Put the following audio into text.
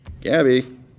Gabby